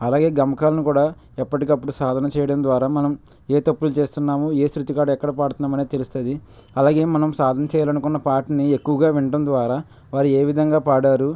అలాగే గమకాలను కూడా ఎప్పటికప్పుడు సాధన చేయడం ద్వారా మనం ఏ తప్పులు చేస్తున్నామో ఏ శృతి కాడ ఎక్కడ పాడుతున్నామో అనేది తెలుస్తుంది అలాగే మనం సాధన చేయాలని అనుకున్న పాటని ఎక్కువగా వినడం ద్వారా వారు ఏ విధంగా పాడారు